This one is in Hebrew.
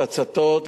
הצתות,